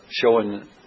showing